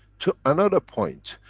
to another point,